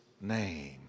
name